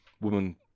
woman